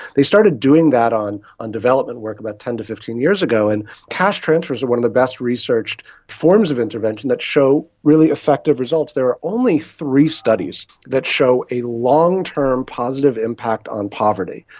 they started doing that on on development work about ten to fifteen years ago, and cash transfers are one of the best researched forms of intervention that show really effective results. there are only three studies that show a long-term positive impact on poverty.